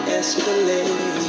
escalate